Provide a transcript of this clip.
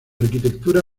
arquitectura